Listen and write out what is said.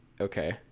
Okay